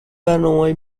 برنامههای